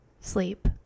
sleep